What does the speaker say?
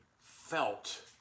felt